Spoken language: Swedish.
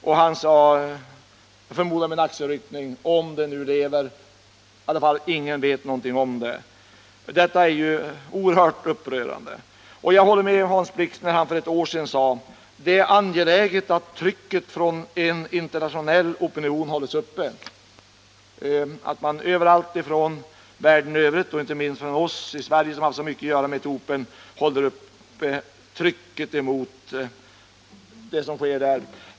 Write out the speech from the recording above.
Han såde — jag förmodar med en axelryckning — att ingen vet någonting om Gudina Tomsa och hans hustru, inte ens om de fortfarande lever. Detta är oerhört upprörande. Jag instämmer i det Hans Blix för ett år sedan sade, nämligen att det är angeläget att trycket från en internationell opinion hålls uppe. Det är viktigt att man överallt i världen, inte minst hos oss, som har så mycket att göra med Etiopien, håller uppe trycket mot det som sker i Etiopien.